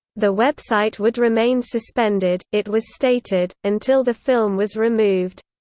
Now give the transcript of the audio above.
the website would remain suspended, it was stated, until the film was removed.